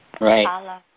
Right